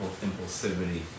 impulsivity